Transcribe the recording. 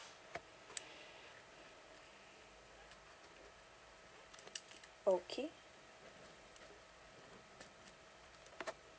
okay